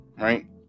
right